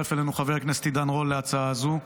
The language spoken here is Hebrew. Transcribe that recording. והצטרף אלינו חבר הכנסת עידן רול להצעה הזו.